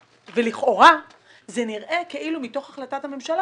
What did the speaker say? לכאורה נראה כאילו מתוך החלטת הממשלה